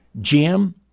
Jim